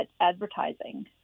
advertising